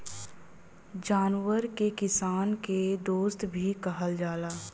जानवरन के किसान क दोस्त भी कहल जाला